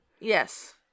Yes